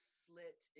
slit